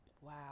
Wow